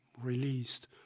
released